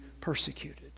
persecuted